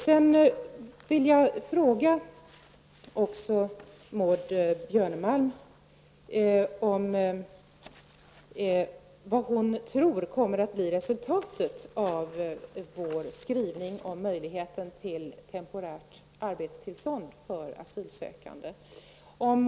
Jag vill också fråga Maud Björnemalm vad hon tror kommer att bli resultatet av vår skrivning om möjligheten till temporärt arbetstillstånd för asylsökande.